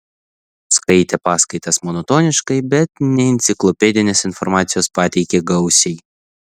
skaitė paskaitas monotoniškai bet neenciklopedinės informacijos pateikė gausiai